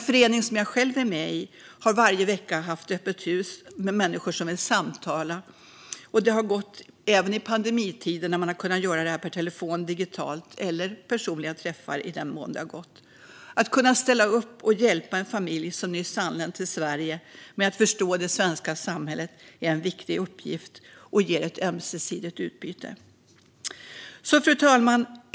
En förening som jag själv är med i har varje vecka haft öppet hus med människor som vill samtala, även i pandemitid då vi har kunnat genomföra det per telefon, digitalt eller vid personliga träffar i den mån det har gått. Att kunna ställa upp och hjälpa en familj som nyss anlänt till Sverige med att förstå det svenska samhället är en viktig uppgift och ger ett ömsesidigt utbyte. Fru talman!